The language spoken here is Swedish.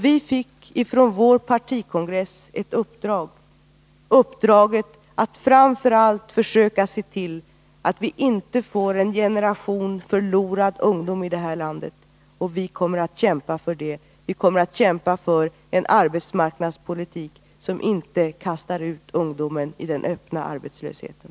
Vi fick från vår partikongress ett uppdrag, uppdraget att framför allt försöka se till att vi inte får en generation förlorad ungdom i det här landet, och vi kommer att kämpa för det. Vi kommer att kämpa för en arbetsmarknadspolitik som inte kastar ut ungdom i den öppna arbetslösheten.